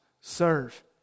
serve